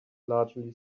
largely